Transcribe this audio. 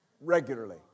Regularly